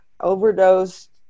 overdosed